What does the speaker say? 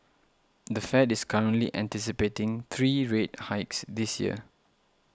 the Fed is currently anticipating three rate hikes this year